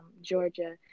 Georgia